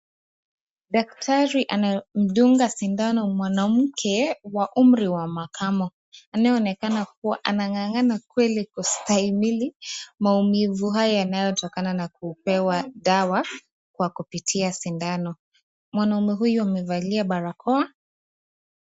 Daktari anamdunga sindano mwanamke wa umri wa makamo anayeonekana kuwa anang'ang'ana kweli kustahimili maumivu hayo yanayotokana na kupewa dawa kwa kupitia sindano. Mwanaume huyo amevalia barakoa.